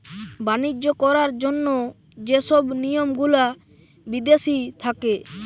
বাণিজ্য করার জন্য যে সব নিয়ম গুলা বিদেশি থাকে